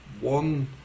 One